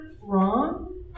wrong